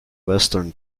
western